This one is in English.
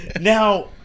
Now